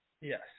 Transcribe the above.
Yes